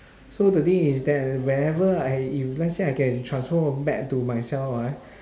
so the thing is that wherever I if let's say I can transform back to myself ah